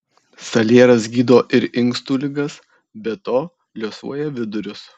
salieras gydo ir inkstų ligas be to liuosuoja vidurius